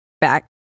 back